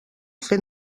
fer